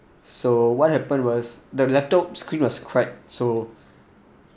so what happened was the laptop screen was cracked so